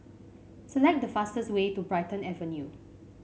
select the fastest way to Brighton Avenue